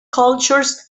cultures